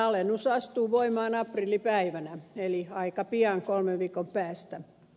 alennus astuu voimaan aprillipäivänä eli aika pian kolmen viikon päästä